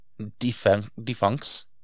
defuncts